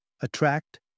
attract